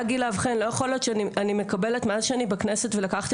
לא יכול להיות שאני מקבלת מאז שאני בכנסת ולקחתי